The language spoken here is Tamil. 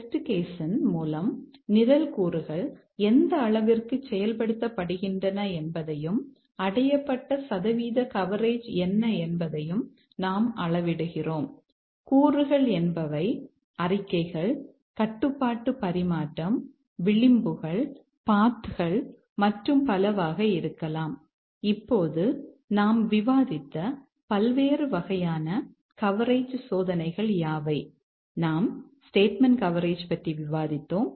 டெஸ்ட் கேஸ் கவரேஜ் பற்றி விவாதித்தோம்